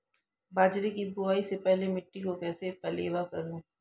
बाजरे की बुआई से पहले मिट्टी को कैसे पलेवा करूं?